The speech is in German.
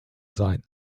sein